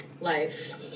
life